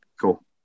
Cool